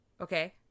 Okay